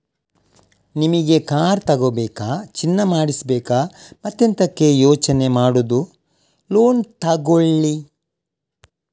ನಿಮಿಗೆ ಕಾರ್ ತಗೋಬೇಕಾ, ಚಿನ್ನ ಮಾಡಿಸ್ಬೇಕಾ ಮತ್ತೆಂತಕೆ ಯೋಚನೆ ಮಾಡುದು ಲೋನ್ ತಗೊಳ್ಳಿ